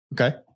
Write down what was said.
Okay